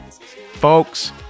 Folks